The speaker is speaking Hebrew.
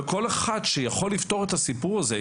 כל אחד שיכול לפתור את הסיפור הזה,